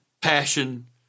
passion